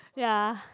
ya